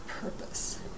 purpose